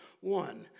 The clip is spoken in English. one